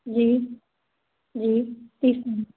जी जी